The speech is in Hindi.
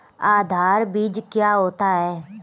आधार बीज क्या होता है?